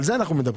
על זה אנו מדברים.